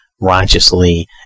righteously